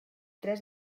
tres